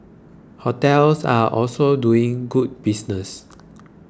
hotels are also doing good business